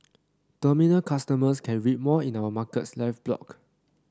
terminal customers can read more in our Markets Live blog